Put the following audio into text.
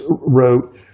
wrote